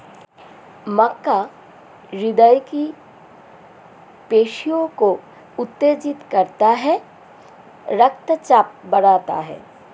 मक्का हृदय की पेशियों को उत्तेजित करता है रक्तचाप बढ़ाता है